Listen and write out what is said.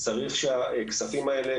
הכספים האלה,